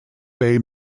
bay